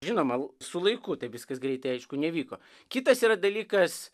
žinoma su laiku viskas greitai aišku nevyko kitas yra dalykas